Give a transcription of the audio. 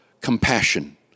compassion